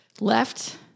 left